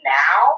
now